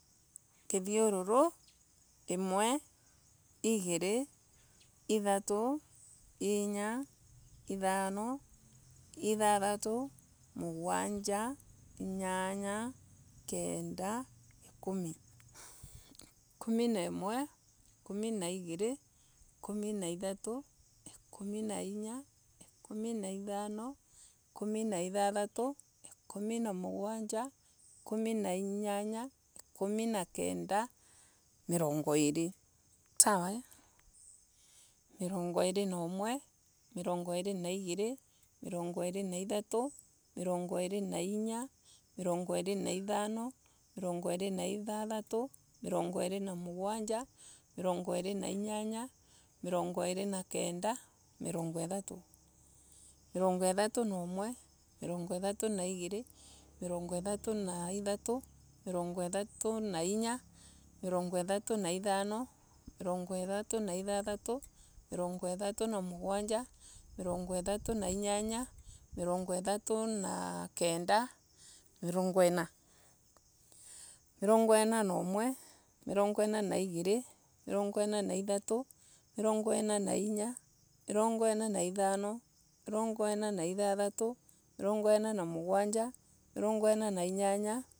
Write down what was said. Kithiururu. imwe. igiri. ithatu. inya. ithano. ithathatu. mugwanja. inyanya. ikumi. ikumi na imwe. ikumi na igiri. ikumi na ithatu. ikumi na inya. ikumu na ithano. ikumi na ithathatu. ikumi na mugwanja. ikumi na inyanya. ikumi na kenda. mirongo iri. mirongo iri na imwe. mirongo iri na igiri. mirongo iri ithatu. mirngo iri na inya. mirongo iri na ithano. mirongo iri na ithathatu. mirongo iri na mugwanja mirongo iri na inyanya mirongo iri na kenda. mirongo ithatu. mirongo ithatu imwe. mirongo ithatu na igiri. mirongo ithatu na inya. mirongo ithatu na ithano. mirongo ithatu na ithathatu. mirongo ithatu na mugwanja miroongo ithatu na inyanya. mirongo ithatu na kenda mirongo inya.